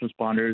responders